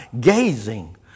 Gazing